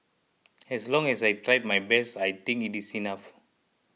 as long as I tried my best I think it is enough